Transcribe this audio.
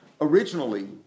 Originally